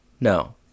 No